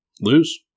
lose